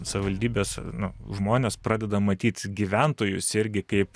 savivaldybės nu žmonės pradeda matyt gyventojus irgi kaip